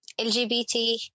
LGBT